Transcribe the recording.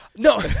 No